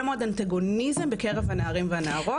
מאוד אנטגוניזם בקרב הנערים והנערות.